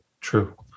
true